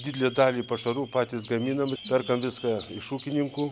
didžiąją dalį pašarų patys gaminam perkam viską iš ūkininkų